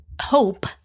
hope